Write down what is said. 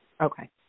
Okay